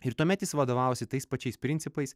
ir tuomet jis vadovavosi tais pačiais principais